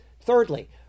Thirdly